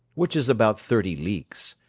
which is about thirty leagues.